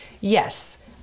yes